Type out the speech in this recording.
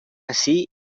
ací